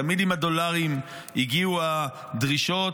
תמיד עם הדולרים הגיעו הדרישות.